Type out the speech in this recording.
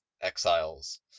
exiles